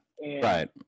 Right